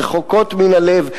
רחוקות מן הלב,